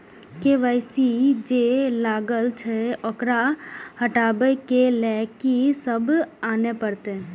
KYC जे लागल छै ओकरा हटाबै के लैल की सब आने परतै?